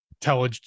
tell